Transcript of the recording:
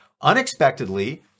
unexpectedly